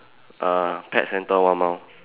uh pet center one mile